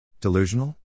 Delusional